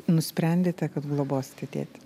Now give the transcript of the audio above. nusprendėte kad globosite tėtį